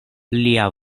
lia